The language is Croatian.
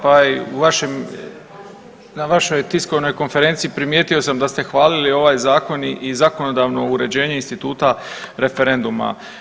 Pa i vašem, na vašoj tiskovnoj konferenciji primijetio sam da ste hvalili ovaj Zakon i zakonodavno uređenje instituta referenduma.